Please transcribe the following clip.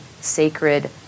sacred